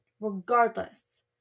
regardless